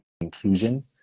inclusion